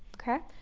ok,